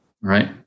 right